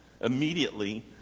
immediately